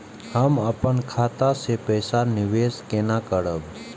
हम अपन खाता से पैसा निवेश केना करब?